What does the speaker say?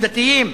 דתיים.